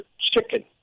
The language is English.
chicken